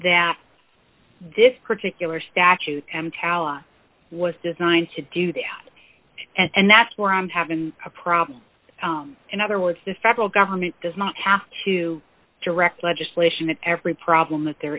that this particular statute talla was designed to do that and that's where i'm having a problem in other words the federal government does not have to direct legislation and every problem that there